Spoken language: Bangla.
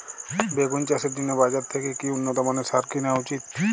বেগুন চাষের জন্য বাজার থেকে কি উন্নত মানের সার কিনা উচিৎ?